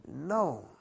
No